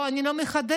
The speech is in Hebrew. אני לא מחדשת.